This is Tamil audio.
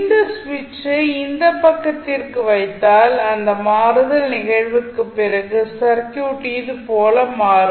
இந்த சுவிட்சை இந்த பக்கத்திற்கு வைத்தால் அந்த மாறுதல் நிகழ்வுக்குப் பிறகு சர்க்யூட் இது போல மாறும்